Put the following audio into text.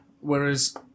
Whereas